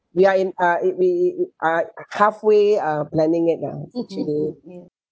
we are in uh ha~ halfway uh planning it ah